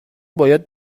باید